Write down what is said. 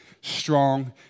Strong